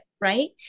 right